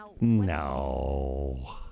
No